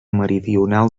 meridional